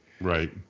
Right